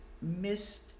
missed